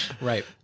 Right